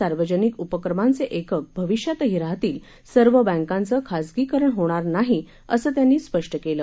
सार्वजनिक उपक्रमांचे एकक भविष्यातही राहतील सर्व बँकांचं खाजगीकरण होणार नाही असं त्यांनी स्पष्ट केलं